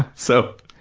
so,